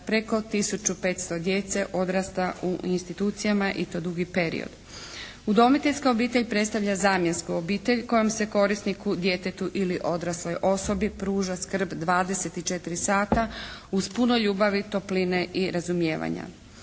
preko 1500 djece odrasta u institucijama i to dugi period. Udomiteljska obitelj predstavlja zamjensku obitelj kojom se korisniku djetetu ili odrasloj osobi pruža skrb 24 sata uz puno ljubavi, topline i razumijevanja.